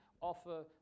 offer